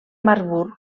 marburg